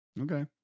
Okay